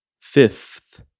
Fifth